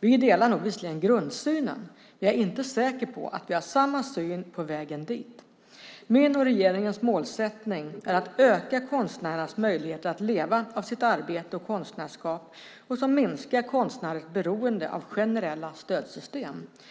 Vi delar nog visserligen grundsynen, men jag är inte säker på att vi har samma syn på vägen dit. Min och regeringens målsättning är att öka konstnärernas möjligheter att leva av sitt arbete och konstnärskap, vilket minskar konstnärers beroende av generella stödsystem.